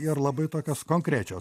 ir labai tokios konkrečios